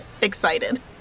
excited